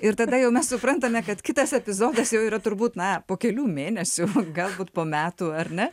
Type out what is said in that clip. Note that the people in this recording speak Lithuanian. ir tada jau mes suprantame kad kitas epizodas jau yra turbūt na po kelių mėnesių galbūt po metų ar ne